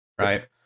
right